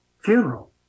funeral